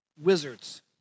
wizards